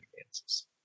advances